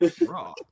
Right